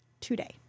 today